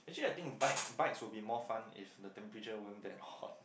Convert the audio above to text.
actually I think bike bikes would be more fun if the temperature weren't that hot